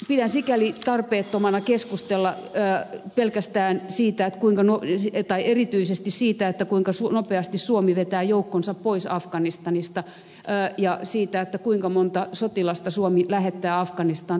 pidän sikäli tarpeettomana keskustella erityisesti siitä kuinka nopeasti suomi vetää joukkonsa pois afganistanista ja siitä kuinka monta sotilasta suomi lähettää afganistaniin